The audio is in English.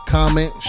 comment